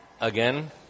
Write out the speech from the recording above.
Again